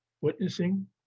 witnessing